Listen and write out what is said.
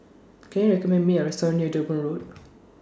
Can YOU recommend Me A Restaurant near Durban Road